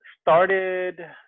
started